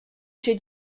się